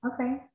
Okay